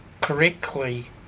correctly